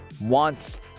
wants